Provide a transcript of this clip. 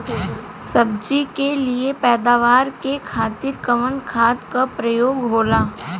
सब्जी के लिए पैदावार के खातिर कवन खाद के प्रयोग होला?